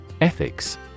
Ethics